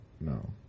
No